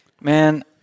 Man